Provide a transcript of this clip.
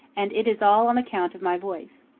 and it is all on account of my voice.